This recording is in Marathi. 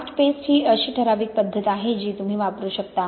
कास्ट पेस्ट ही अशी ठराविक पद्धत आहे जी तुम्ही वापरू शकता